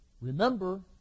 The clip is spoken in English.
remember